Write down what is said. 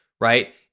right